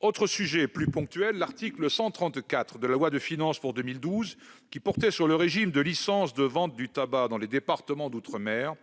Autre sujet plus ponctuel : l'article 134 de la loi de finances pour 2012 relatif au régime de licence de vente du tabac dans les départements d'outre-mer.